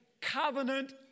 covenant